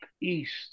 east